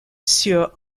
sur